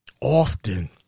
often